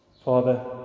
Father